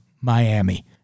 Miami